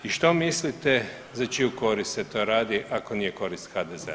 I što mislite za čiju korist se to radi, ako nije korist HDZ-a?